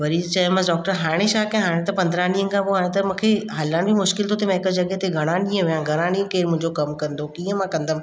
वरी चयोमांसि डॉक्टर हाणे छा कयां हाणे त पंद्रहं ॾींहं खां पोइ हाणे त मूंखे हलण बि मुश्किल थो थिए मां हिकु जॻहि ते घणा ॾींहं विहा घणा ॾींहं केरु मुंहिंजो कमु कंदो कीअं मां कंदमि